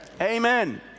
Amen